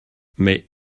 mais